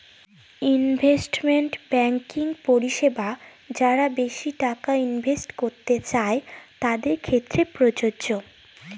investment banking পরিষেবা যারা বেশি টাকা ইনভেস্ট করতে চাই তাদের ক্ষেত্রে প্রযোজ্য